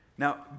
Now